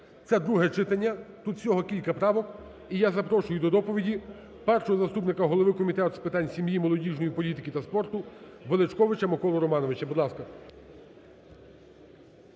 Це друге читання, тут всього кілька правок. І я запрошую до доповіді першого заступника голови Комітету з питань сім'ї, молодіжної політики та спорту Величковича Миколу Романовича. Будь ласка.